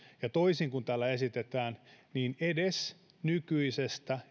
ja toisin kuin täällä esitetään niin edes nykyisestä